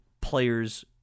players